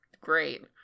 Great